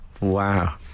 Wow